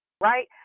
right